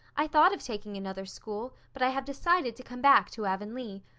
i thought of taking another school, but i have decided to come back to avonlea.